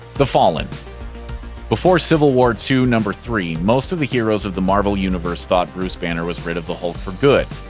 the fallen before civil war two three, most of the heroes of the marvel universe thought bruce banner was rid of the hulk for good.